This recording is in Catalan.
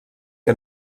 que